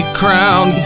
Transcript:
crown